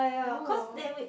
oh